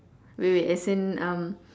wait wait as in um